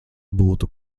būtu